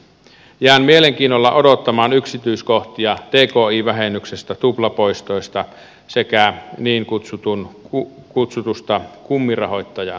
jään mielenkiinnolla odottamaan yksityiskohtia t k i vähennyksestä tuplapoistoista sekä niin kutsutusta kummirahoittajan vähennyksestä